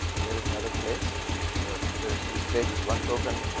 here is in other place and ah there is, this place is one token,